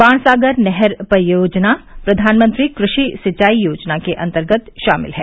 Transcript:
बाणसागर नहर परियोजना प्रवानमंत्री कृषि सिंचाई योजना के अन्तर्गत शामिल है